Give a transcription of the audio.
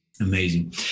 Amazing